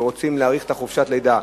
שרוצים להאריך את חופשת הלידה,